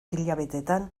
hilabeteetan